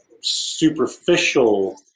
superficial